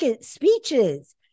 speeches